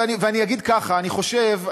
ואני אגיד ככה: אני חושב,